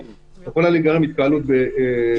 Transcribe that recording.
בסוף יכולה להיגרם התקהלות בנתב"ג וגם נשבר עיקרון של יציאה מהבית.